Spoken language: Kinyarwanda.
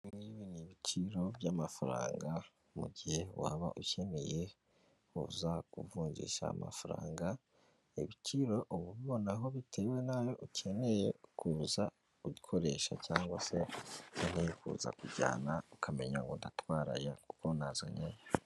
Ibi ni ibiciro by'amafaranga mu mugihe waba ukeneye kuza kuvunjisha amafaranga, ibiciro ubu ubibonaho bitewe n'ayo ukeneye kuza gukoresha cyangwa se ukeneye kuza kujyana, ukamenya ngo ndatwara aya kuko nazanye aya.